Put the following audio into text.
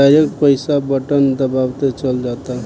direct पईसा button दबावते चल जाता